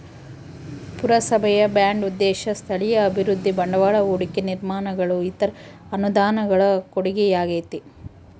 ಪುರಸಭೆಯ ಬಾಂಡ್ ಉದ್ದೇಶ ಸ್ಥಳೀಯ ಅಭಿವೃದ್ಧಿ ಬಂಡವಾಳ ಹೂಡಿಕೆ ನಿರ್ಮಾಣಗಳು ಇತರ ಅನುದಾನಗಳ ಕೊಡುಗೆಯಾಗೈತೆ